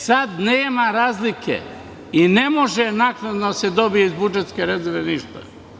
Sada nema razlike, i ne može naknadno da se dobije iz budžetske rezerve ništa.